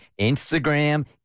Instagram